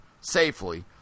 safely